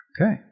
Okay